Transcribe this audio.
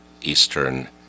eastern